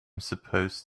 supposed